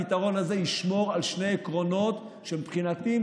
הפתרון הזה ישמור על שני עקרונות שמבחינתי הם